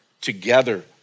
together